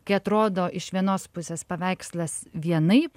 kai atrodo iš vienos pusės paveikslas vienaip